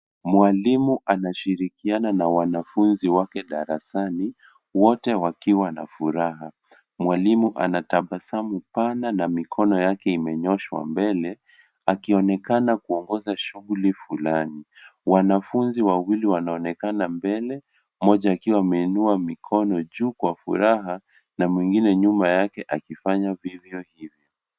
Mwalimu anashirikiana na wanafunzi wake darasani wote wakiwa na furaha mwalimu ana tabasamu pana na mikono yake imenyooshwa mbele akionekana kuongoza shughuli fulani. wanafunzi wawili wanaonekana mbele mmoja akiwa ameinua mikono juu kwa furaha na mwingine nyuma yake akifanya hivyo hivyo.